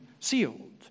sealed